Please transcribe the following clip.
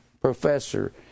professor